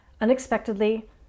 unexpectedly